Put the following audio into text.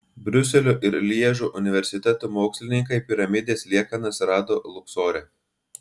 briuselio ir lježo universitetų mokslininkai piramidės liekanas rado luksore